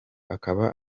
akaba